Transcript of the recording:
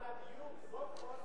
למען הדיוק,